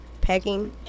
Packing